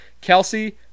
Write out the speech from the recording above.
Kelsey